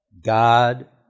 God